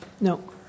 No